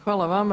Hvala vama.